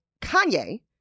Kanye